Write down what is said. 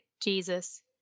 Jesus